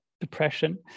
depression